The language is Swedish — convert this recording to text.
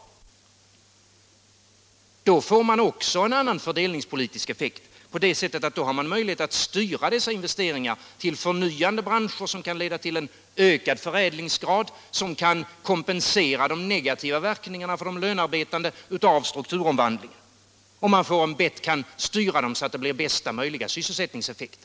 Också då får man en annan fördelningspolitisk effekt, för då har man möjlighet att styra dessa investeringar till förnyande branscher, vilket kan leda till en ökad förädlingsgrad och kompensera strukturomvandlingens negativa verkningar för de lönearbetande. Man kan styra investeringarna, så att man når bästa möjliga sysselsättningseffekt.